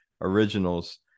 originals